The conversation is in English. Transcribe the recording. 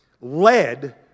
led